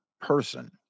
person